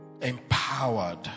Empowered